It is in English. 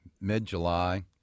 mid-July